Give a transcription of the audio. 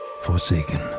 Forsaken